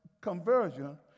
conversion